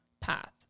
path